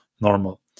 normal